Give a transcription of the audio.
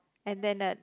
and then a